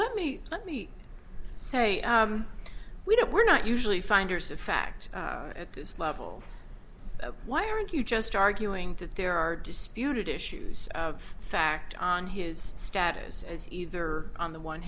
let me let me say we don't we're not usually finders of fact at this level why aren't you just arguing that there are disputed issues of fact on his status as either on the one